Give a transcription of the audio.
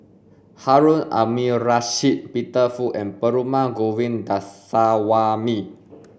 Harun Aminurrashid Peter Fu and Perumal Govindaswamy